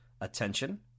attention